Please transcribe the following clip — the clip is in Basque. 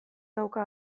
dauka